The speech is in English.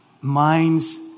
minds